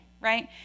right